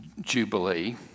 Jubilee